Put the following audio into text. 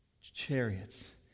chariots